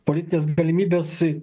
politinės galimybės